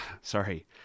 Sorry